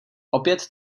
opět